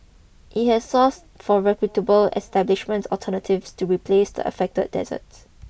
it has sourced from reputable establishments alternatives to replace the affected desserts